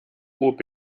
zob